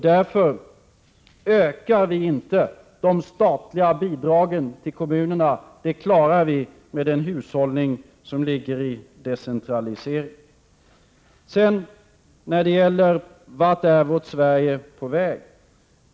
Därför ökar vi inte de statliga bidragen till kommunerna, utan det klarar vi med den hushållning som ligger i decentralisering. Så till frågan om vart vårt Sverige är på väg.